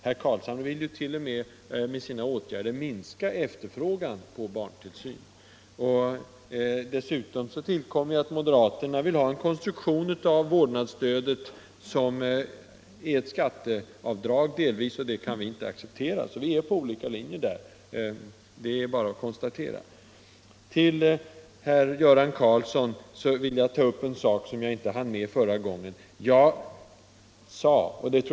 Herr Carlshamre vill t.o.m. med sina åtgärder minska efterfrågan på barntillsyn. Dessutom tillkommer att moderaterna vill ha en konstruktion av vårdnadsstödet delvis som ett skatteavdrag, och det kan vi inte acceptera. Vi är alltså på olika linjer, det är bara att konstatera. Till herr Göran Karlsson vill jag säga en sak som jag inte hann med förra gången.